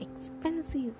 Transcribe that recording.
expensive